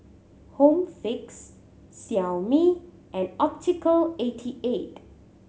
Home Fix Xiaomi and Optical eighty eight